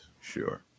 Sure